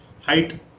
height